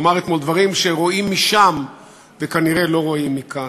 אמר אתמול דברים שרואים משם וכנראה לא רואים מכאן.